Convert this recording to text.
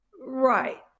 Right